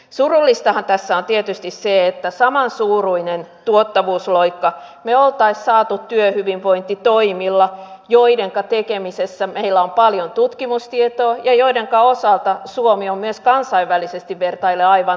surullistahan tässä on tietysti se että saman suuruisen tuottavuusloikan me olisimme saaneet työhyvinvointitoimilla joidenka tekemisessä meillä on paljon tutkimustietoa ja joidenka osalta suomi on myös kansainvälisesti vertaillen aivan maailman huippua